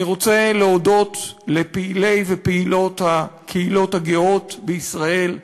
אני רוצה להודות לפעילי ופעילות הקהילות הגאות בישראל,